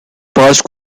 passed